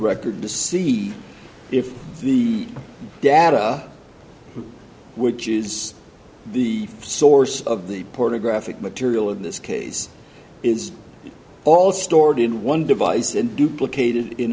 record to see if the data which is the source of the pornographic material in this case is all stored in one device and duplicated in